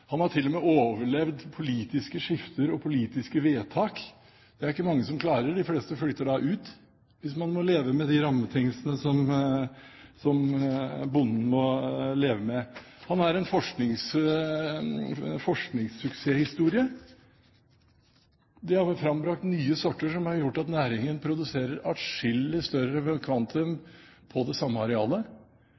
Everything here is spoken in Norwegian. han har til og med overlevd politiske skifter og politiske vedtak. Det er det ikke mange som klarer, de fleste flytter ut hvis man må leve med de rammebetingelsene som bonden må leve med. Han er en forskningssuksesshistorie. Bonden har frambrakt nye sorter som har gjort at næringen produserer atskillig større kvantum på det samme arealet.